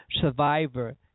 survivor